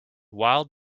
wild